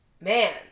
man